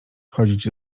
chodzić